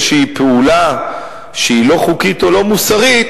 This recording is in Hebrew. פעולה שהיא לא חוקית או לא מוסרית,